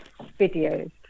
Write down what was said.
videos